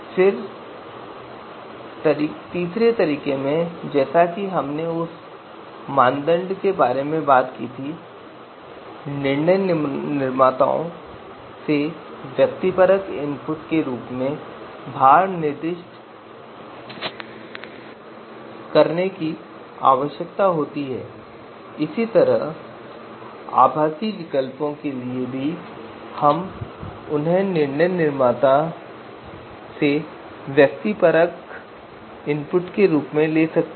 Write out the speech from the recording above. फिर तीसरे तरीके में जैसा कि हमने उस मानदंड के बारे में बात की थी निर्णय निर्माताओं से व्यक्तिपरक इनपुट के रूप में भार को निर्दिष्ट करने की आवश्यकता होती है इसी तरह आभासी विकल्पों के लिए भी हम उन्हें निर्णय निर्माता से व्यक्तिपरक इनपुट के रूप में ले सकते हैं